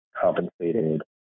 compensated